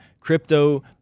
crypto